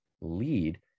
lead